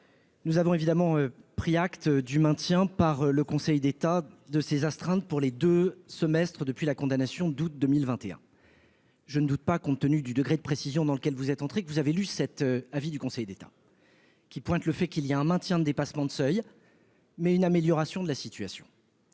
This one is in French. Nous avons évidemment pris acte du maintien par le Conseil d'État de ses astreintes pour les 2 semestres depuis la condamnation d'août 2021. Je ne doute pas, compte tenu du degré de précision dans lequel vous êtes entré que vous avez lu cet avis du Conseil d'État. Qui pointent le fait qu'il y a un maintien de dépassement de seuil mais une amélioration de la situation